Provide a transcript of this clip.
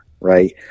right